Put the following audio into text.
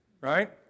right